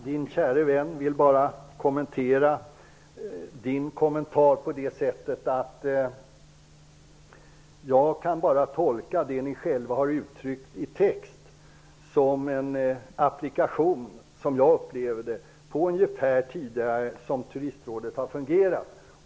Herr talman! Maja Bäckströms käre vän vill kommentera hennes kommentar på det sättet att jag bara kan tolka det ni själva har uttryckt i text som en applikation på ungefär hur det tidigare Turistrådet har fungerat.